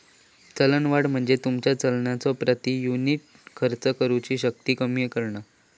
चलनवाढ म्हणजे तुमचा चलनाचो प्रति युनिट खर्च करुची शक्ती कमी करणा